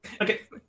Okay